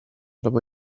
dopo